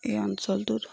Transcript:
এই অঞ্চলটোত